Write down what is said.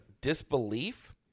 disbelief